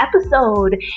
episode